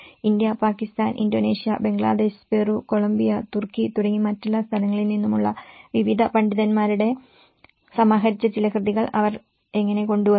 India Pakistan Indonesia Bangladesh Peru Colombia തുർക്കി തുടങ്ങി മറ്റെല്ലാ സ്ഥലങ്ങളിൽ നിന്നുമുള്ള വിവിധ പണ്ഡിതന്മാരുടെ സമാഹരിച്ച ചില കൃതികൾ അവർ എങ്ങനെ കൊണ്ടുവന്നു